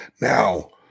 Now